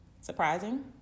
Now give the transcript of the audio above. Surprising